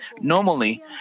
Normally